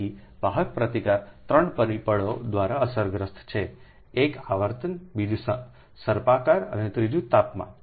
તેથી વાહક પ્રતિકાર ત્રણ પરિબળો દ્વારા અસરગ્રસ્ત છે એક આવર્તન બીજું સર્પાકાર અને ત્રીજું તાપમાન